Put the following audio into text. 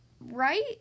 right